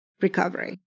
recovery